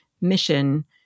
mission